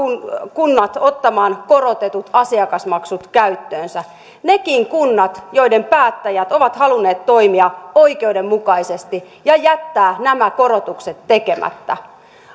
kunnat ottamaan korotetut asiakasmaksut käyttöönsä nekin kunnat joiden päättäjät ovat halunneet toimia oikeudenmukaisesti ja jättää nämä korotukset tekemättä